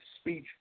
speech